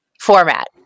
format